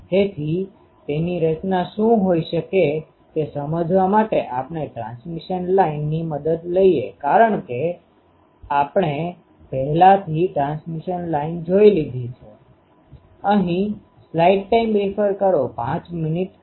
તેથી તેની રચના શું હોઈ શકે તે સમજવા માટે આપણે ટ્રાન્સમિશન લાઇનtransmission lineપ્રસારણ રેખાની મદદ લઈએ કારણ કે આપણે પહેલાથી ટ્રાન્સમિશન લાઈન જોઇ લીધી છે